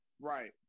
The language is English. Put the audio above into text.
right